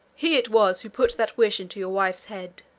he it was who put that wish into your wife's head.